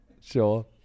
Sure